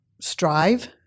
strive